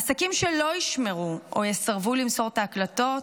העסקים שלא ישמרו או יסרבו למסור את ההקלטות,